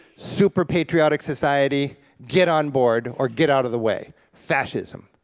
super patriotic society, get on board or get out of the way, fascism.